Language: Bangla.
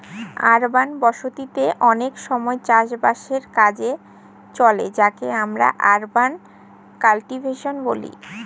আরবান বসতি তে অনেক সময় চাষ বাসের কাজে চলে যাকে আমরা আরবান কাল্টিভেশন বলি